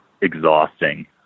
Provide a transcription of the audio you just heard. exhausting